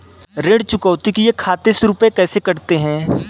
ऋण चुकौती के लिए खाते से रुपये कैसे कटते हैं?